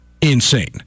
insane